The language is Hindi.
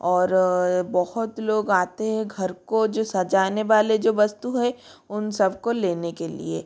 और बहोत लोग आते है घर को जो सजाने वाले जो वस्तु हैं उन सब को लेने के लिए